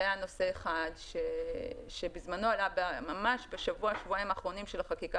זה נושא אחד שעלה בשבוע האחרון של החקיקה.